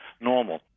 normal